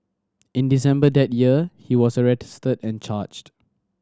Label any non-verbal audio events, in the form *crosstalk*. in December that year he was *unintelligible* and charged